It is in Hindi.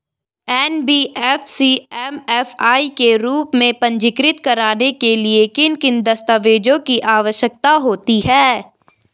एन.बी.एफ.सी एम.एफ.आई के रूप में पंजीकृत कराने के लिए किन किन दस्तावेज़ों की आवश्यकता होती है?